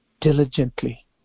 diligently